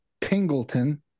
pingleton